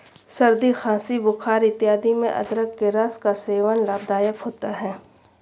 सर्दी खांसी बुखार इत्यादि में अदरक के रस का सेवन लाभदायक होता है